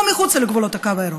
או מחוץ לגבולות הקו הירוק,